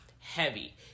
heavy